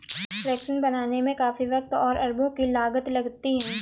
vaccine बनाने में काफी वक़्त और अरबों की लागत लगती है